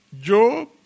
Job